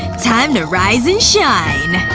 time to rise and shine!